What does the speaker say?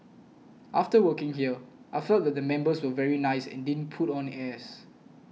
after working here I felt that the members were very nice and didn't put on airs